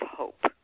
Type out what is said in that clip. hope